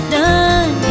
done